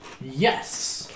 Yes